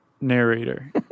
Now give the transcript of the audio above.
narrator